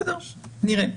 נראה.